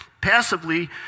Passively